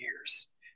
years